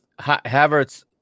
Havertz